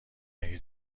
مگه